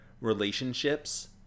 relationships